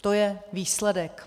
To je výsledek.